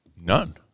None